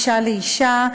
אישה לאישה,